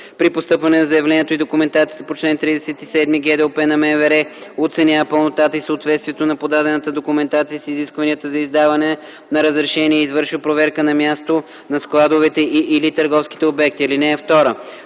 При постъпване на заявлението и документацията по чл. 37 ГДОП на МВР оценява пълнотата и съответствието на подадената документация с изискванията за издаване на разрешение и извършва проверка на място на складовете и/или търговските обекти. (2) При